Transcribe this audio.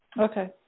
Okay